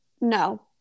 No